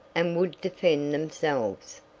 and would defend themselves.